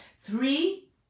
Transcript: three